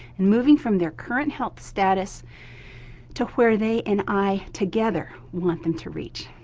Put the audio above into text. and moving from their current health status to where they and i together want them to reach.